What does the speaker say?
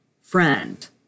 friend